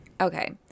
Okay